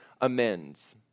amends